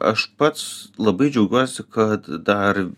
aš pats labai džiaugiuosi kad dar